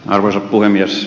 arvoisa puhemies